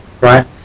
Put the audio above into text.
right